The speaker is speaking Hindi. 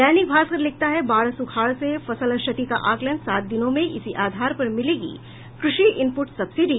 दैनिक भास्कर लिखता है बाढ़ सुखाड़ से फसल क्षति का आकलन सात दिनों में इसी आधार पर मिलेगी कृषि इनपुट सब्सिडी